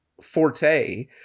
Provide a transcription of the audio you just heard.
forte